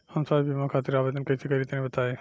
हम स्वास्थ्य बीमा खातिर आवेदन कइसे करि तनि बताई?